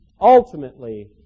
ultimately